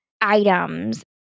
items